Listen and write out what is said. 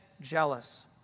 jealous